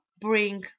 bring